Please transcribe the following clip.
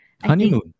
Honeymoon